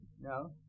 No